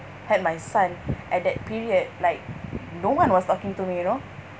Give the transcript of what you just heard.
had my son at that period like no one was talking to me you know